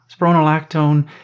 Spironolactone